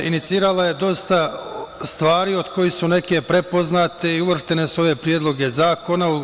Inicirala je dosta stvari od kojih su neke prepoznate i uvrštene su u ove predloge zakona.